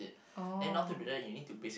oh